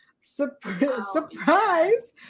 surprise